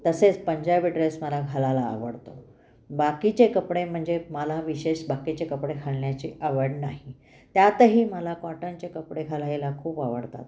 तसेच पंजाबी ड्रेस मला घालायला आवडतो बाकीचे कपडे म्हणजे मला विशेष बाकीचे कपडे घालण्याची आवड नाही त्यातही मला कॉटनचे कपडे घालायला खूप आवडतात